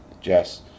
Jess